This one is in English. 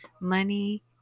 money